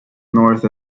north